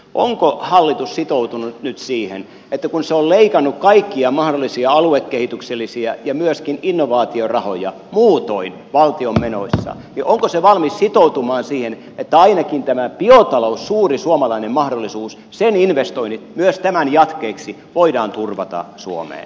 onko hallitus valmis sitoutumaan siihen kun se on leikannut kaikkia mahdollisia aluekehityksellisiä ja myöskin innovaatiorahoja muutoin valtion menoissa että ainakin tämän biotalouden suuren suomalaisen mahdollisuuden investoinnit myös tämän jatkeeksi voidaan turvata suomeen